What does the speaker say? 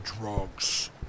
drugs